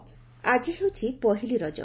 ରକ ଆକି ହେଉଛି ପହିଲି ରକ